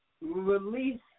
release